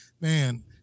Man